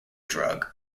drug